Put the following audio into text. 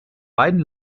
beiden